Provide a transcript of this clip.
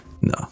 no